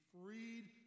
freed